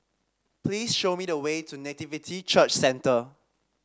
please show me the way to Nativity Church Centre